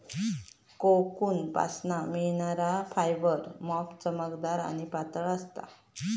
कोकूनपासना मिळणार फायबर मोप चमकदार आणि पातळ असता